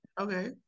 Okay